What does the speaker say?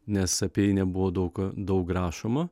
nes apie jį nebuvo daug daug rašoma